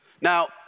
now